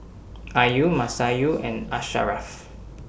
Ayu Masayu and Asharaff